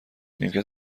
نیمکت